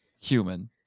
human